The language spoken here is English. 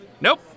Nope